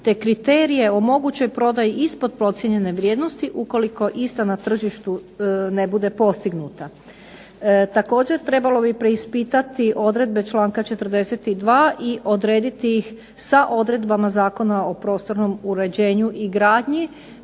te kriterije o mogućoj prodaji ispod procijenjene vrijednosti ukoliko ista na tržištu ne bude postignuta. Također, trebalo bi preispitati odredbe članka 42. i odrediti ih sa odredbama Zakona o prostornom uređenju i gradnji